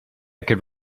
could